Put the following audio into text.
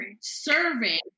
serving